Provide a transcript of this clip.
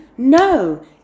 No